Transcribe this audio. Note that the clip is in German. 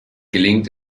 gelingt